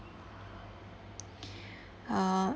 uh